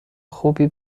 خوبی